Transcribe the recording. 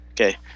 Okay